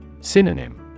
Synonym